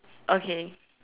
okay